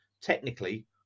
technically